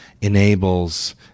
enables